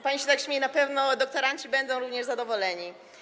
Pani się śmieje, na pewno doktoranci będą również zadowoleni.